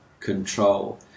control